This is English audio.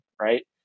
right